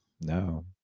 No